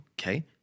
okay